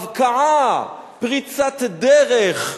הבקעה, פריצת דרך,